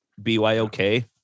Byok